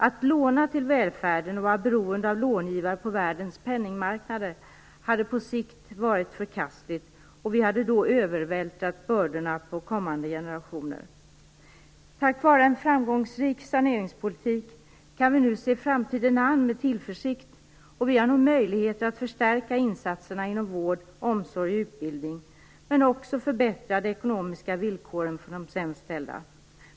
Att låna till välfärden och vara beroende av långivare på världens penningmarknader hade på sikt varit förkastligt. Då hade vi övervältrat bördorna på kommande generationer. Tack vare en framgångsrik saneringspolitik kan vi nu se framtiden an med tillförsikt. Nu har vi möjligheter att förstärka insatserna inom vård, omsorg och utbildning och även att förbättra de ekonomiska villkoren för de sämsta ställda.